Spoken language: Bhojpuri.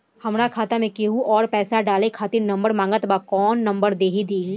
हमार खाता मे केहु आउर पैसा डाले खातिर नंबर मांगत् बा कौन नंबर दे दिही?